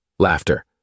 Laughter